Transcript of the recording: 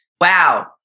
Wow